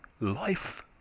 life